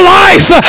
life